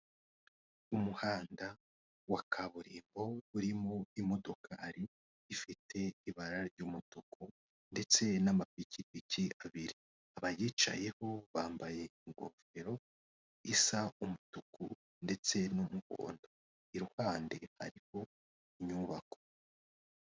Umuhanda wa kaburimbo, urimo imodokari ifite ibara ry'umutuku ndetse n'amapikipiki abiri, abayicayeho bambaye ingofero isa umutuku ndetse n'umuhondo, iruhande hariho inyubako.